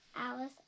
Alice